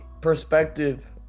perspective